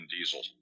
Diesel